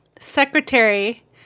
secretary